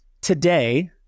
Today